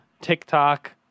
TikTok